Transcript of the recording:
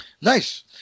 Nice